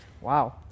wow